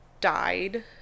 died